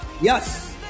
Yes